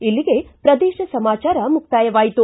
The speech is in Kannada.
ಇಲ್ಲಿಗೆ ಪ್ರದೇಶ ಸಮಾಚಾರ ಮುಕ್ತಾಯವಾಯಿತು